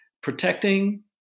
protecting